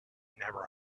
never